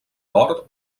bord